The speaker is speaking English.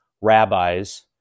rabbis